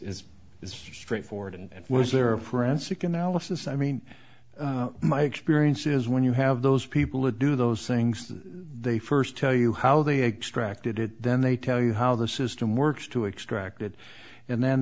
is straightforward and was there a forensic analysis i mean my experience is when you have those people to do those things they first tell you how they extract it then they tell you how the system works to extract it and then